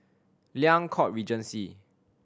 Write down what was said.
Liang Court Regency